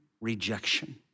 rejection